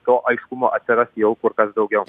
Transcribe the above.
to aiškumo atsiras jau kur kas daugiau